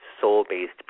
soul-based